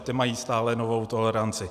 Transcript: Ti mají stále nulovou toleranci.